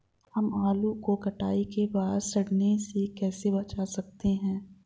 हम आलू को कटाई के बाद सड़ने से कैसे बचा सकते हैं?